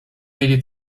mieli